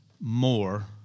more